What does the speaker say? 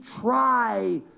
try